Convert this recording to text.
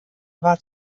war